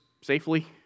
safely